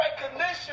recognition